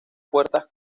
puertas